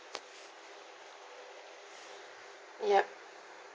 yup